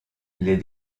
les